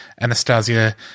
Anastasia